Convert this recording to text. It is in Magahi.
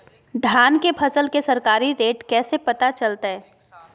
धान के फसल के सरकारी रेट कैसे पता चलताय?